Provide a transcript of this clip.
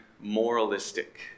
moralistic